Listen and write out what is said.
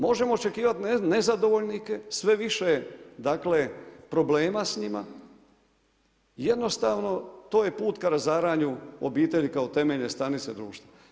Možemo očekivati nezadovoljnike, sve više problema s njima, jednostavno ti je put ka razaranju obitelji kao temeljne stanice društva.